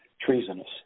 treasonous